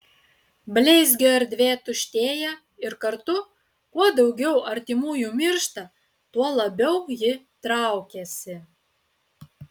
bleizgio erdvė tuštėja ir kartu kuo daugiau artimųjų miršta tuo labiau ji traukiasi